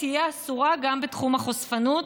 תהיה אסורה גם בתחום החשפנות.